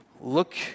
Look